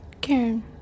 Karen